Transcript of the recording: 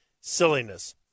Silliness